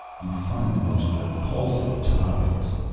you find the most repulsive topics.